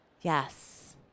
yes